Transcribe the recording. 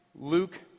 Luke